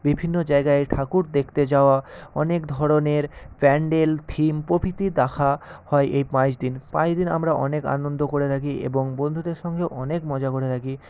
বিভিন্ন জায়গায় ঠাকুর দেখতে যাওয়া অনেক ধরনের প্যাণ্ডেল থিম প্রভৃতি দেখা হয় এই পাঁচ দিন পাঁচ দিন আমরা অনেক আনন্দ করে থাকি এবং বন্ধুদের সঙ্গে অনেক মজা করে থাকি